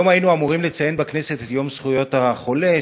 היום היינו אמורים לציין בכנסת את יום זכויות החולה,